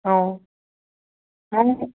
অঁ